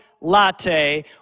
latte